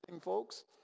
folks